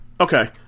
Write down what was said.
Okay